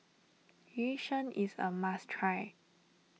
Yu Sheng is a must try